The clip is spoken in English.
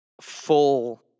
full